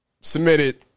submitted